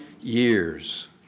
years